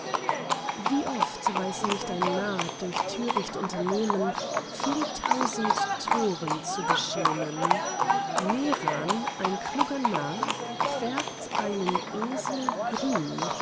wie oft weiß nicht ein narr durch töricht unternehmen viel tausend toren zu beschämen neran ein kluger narr färbt einen esel grün